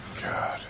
God